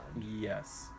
Yes